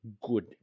good